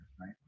right